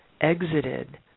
exited